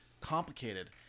complicated